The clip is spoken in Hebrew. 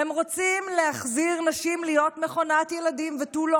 הם רוצים להחזיר נשים להיות מכונת ילדים ותו לא.